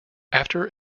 after